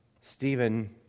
Stephen